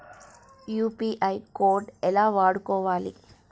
UPI code ఎలా వాడుకోవాలి?